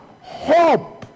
hope